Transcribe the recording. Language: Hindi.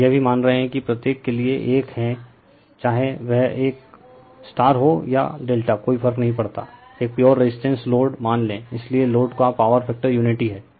और यह भी मान रहे हैं कि यह प्रत्येक के लिए एक है चाहे वह एक स्टार हो या Δ कोई फर्क नहीं पड़ता एक प्योर रेजिस्टेंस लोड मान लें इसलिए लोड का पॉवर फैक्टर यूनिटी है